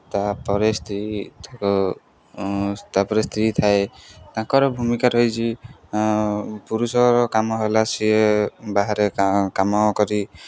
ତା'ପରେ ସ୍ତ୍ରୀ ତାକୁ ତା'ପରେ ସ୍ତ୍ରୀ ଥାଏ ତାଙ୍କର ଭୂମିକା ରହିଛି ପୁରୁଷର କାମ ହେଲା ସେ ବାହାରେ କାମ କରି